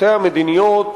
השקפותיה המדיניות